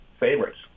favorites